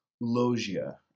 logia